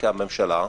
כי הממשלה,